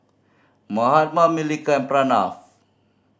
Mahatma Milkha and Pranav